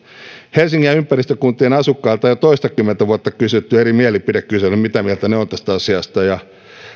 helsingin ja ympäristökuntien asukkailta on jo toistakymmentä vuotta kysytty eri mielipidekyselyin mitä mieltä he ovat tästä asiasta ja